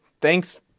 Thanks